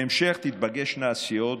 בהמשך תיפגשנה הסיעות,